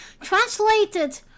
translated